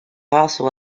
also